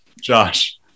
Josh